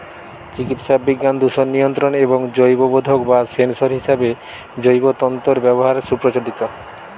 চিকিৎসাবিজ্ঞান, দূষণ নিয়ন্ত্রণ এবং জৈববোধক বা সেন্সর হিসেবে জৈব তন্তুর ব্যবহার সুপ্রচলিত